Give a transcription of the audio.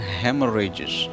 hemorrhages